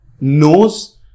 knows